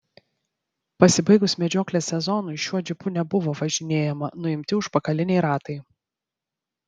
pasibaigus medžioklės sezonui šiuo džipu nebuvo važinėjama nuimti užpakaliniai ratai